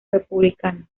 republicana